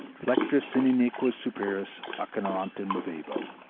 flectere si nequeo superos, acheronta movebo.